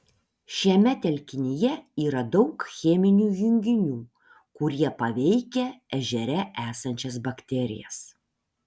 šiame telkinyje yra daug cheminių junginių kurie paveikia ežere esančias bakterijas